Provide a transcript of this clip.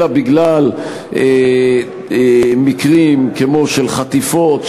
אלא בגלל מקרים כמו חטיפות,